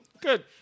Good